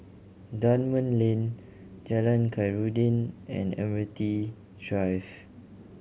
Dunman Lane Jalan Khairuddin and Drive